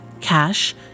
cash